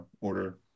order